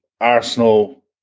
Arsenal